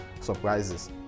surprises